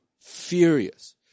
furious